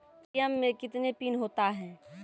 ATM मे कितने PIN होता हैं?